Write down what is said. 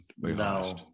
No